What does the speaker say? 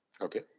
Okay